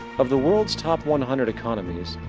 of the world's top one hundred economies,